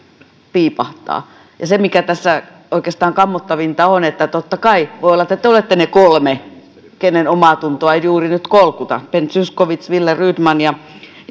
piipahtaa ja se mikä tässä oikeastaan on kammottavinta on että totta kai voi olla että te olette ne kolme keiden omaatuntoa ei juuri nyt kolkuta ben zyskowicz wille rydman ja